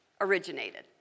originated